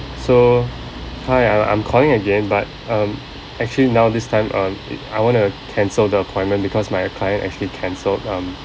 so hi uh I'm calling again but um actually now this time um it I want to cancel the appointment because my client actually cancelled um